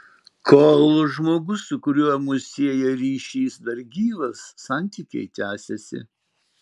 kol žmogus su kuriuo mus sieja ryšys dar gyvas santykiai tęsiasi